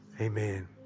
Amen